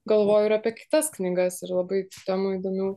galvoju ir apie kitas knygas ir labai temų įdomių